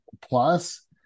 plus